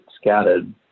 scattered